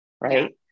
right